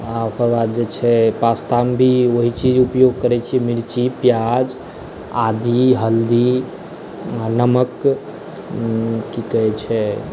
आ ओकारबाद जे छै पास्ता मे भी ओहि चीज उपयोग करै छी मीर्ची प्याज आदी हल्दी नमक की कहै छै